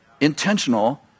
intentional